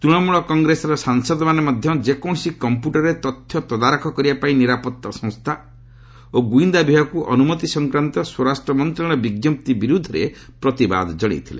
ତୃଣମୂଳ କଂଗ୍ରେସର ସାଂସଦମାନେ ମଧ୍ୟ ଯେକୌଣସି କମ୍ପ୍ୟୁଟରରେ ତଥ୍ୟ ତଦାରଖ କରିବା ପାଇଁ ନିରାପତ୍ତା ସଂସ୍ଥା ଓ ଗୁଇନ୍ଦା ବିଭାଗକୁ ଅନୁମତି ସଂକ୍ରାନ୍ତ ସ୍ୱରାଷ୍ଟ୍ର ମନ୍ତ୍ରଣାଳୟର ବିଜ୍ଞପ୍ତି ବିରୁଦ୍ଧରେ ପ୍ରତିବାଦ ଜଣାଇଥିଲେ